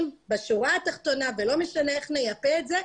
בשורה התחתונה ולא משנה איך נייפה את זה,